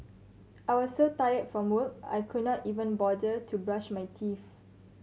I was so tired from work I could not even bother to brush my teeth